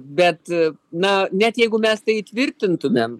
bet na net jeigu mes tai įtvirtintumėm